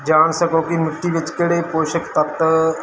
ਜਾਣ ਸਕੋ ਕਿ ਮਿੱਟੀ ਵਿੱਚ ਕਿਹੜੇ ਪੋਸ਼ਕ ਤੱਤ